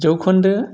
जौखोन्दो